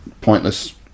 pointless